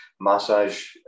massage